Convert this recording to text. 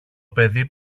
παιδί